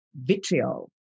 vitriol